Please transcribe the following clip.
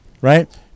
right